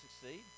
succeed